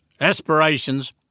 aspirations